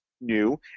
new